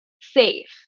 safe